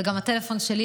וגם הטלפון שלי,